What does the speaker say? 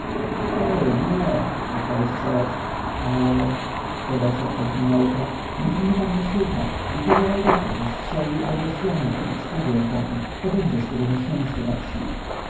nie odpowie strzelec ale dodał szepcąc mi na ucho niech mnie pan posłucha i tego łajdaka zastrzeli albo zwiąże i w stawie utopi bo będzie z tego nieszczęście we wsi